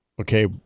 Okay